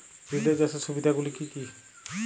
Relay চাষের সুবিধা গুলি কি কি?